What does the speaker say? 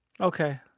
Okay